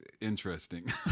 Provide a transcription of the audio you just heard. interesting